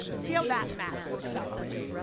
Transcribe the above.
see how that math works out for you.